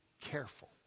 careful